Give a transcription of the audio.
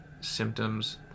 symptoms